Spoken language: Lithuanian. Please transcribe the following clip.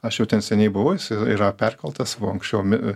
aš jau ten seniai buvau jisai yra perkeltas anksčiau mi